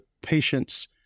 patients